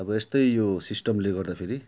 अब यस्तै यो सिस्टमले गर्दाखेरि